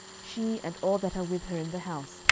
she and all that are with her in the house,